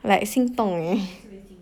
like 心动 eh